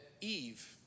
Eve